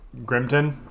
Grimton